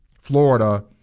Florida